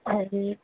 হেৰি